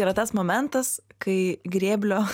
yra tas momentas kai grėblio